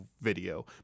video